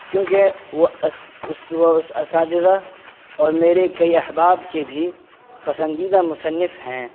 کیونکہ وہ وہ اساتذہ اور میرے کئی احباب کے بھی پسندیدہ مصنف ہیں